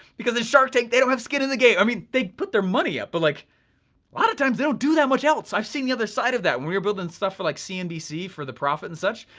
because in shark tank, they don't have skin in the game! i mean, they put their money up, but a like lot of times they don't do that much else. i've seen the other side of that, when we were building stuff for like cnbc for the profit and such.